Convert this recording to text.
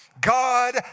God